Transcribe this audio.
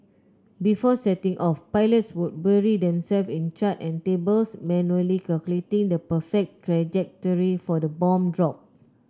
before setting off pilots would bury themselves in charts and tables manually calculating the perfect trajectory for the bomb drop